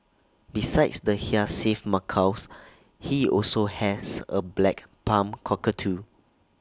besides the hyacinth macaws he also has A black palm cockatoo